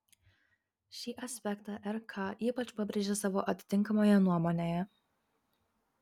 šį aspektą rk ypač pabrėžė savo atitinkamoje nuomonėje